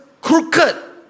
crooked